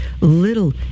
little